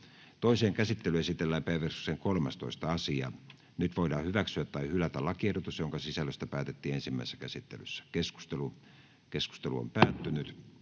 Toiseen käsittelyyn esitellään päiväjärjestyksen 5. asia. Nyt voidaan hyväksyä tai hylätä lakiehdotukset, joiden sisällöstä päätettiin ensimmäisessä käsittelyssä. Keskustelu asiasta päättyi